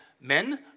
men